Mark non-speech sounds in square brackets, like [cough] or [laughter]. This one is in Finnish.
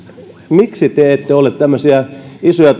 miksi te ette ole tämmöisiä isoja [unintelligible]